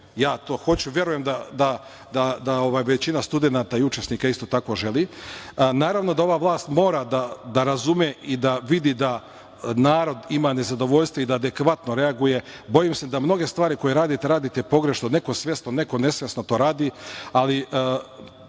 ja to hoću i verujem da većina studenata i učesnika isto tako želi, ali naravno da ova vlast mora da razume i da vidi da narod ima nezadovoljstvo i da adekvatno reaguje. Bojim se da mnoge stvari koje radite, radite pogrešno, neko svesno, neko nesvesno to radi, ali,